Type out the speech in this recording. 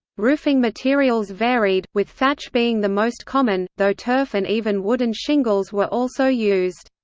roofing materials varied, with thatch being the most common, though turf and even wooden shingles were also used.